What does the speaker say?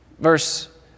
verse